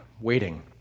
waiting